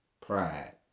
Pride